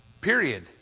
Period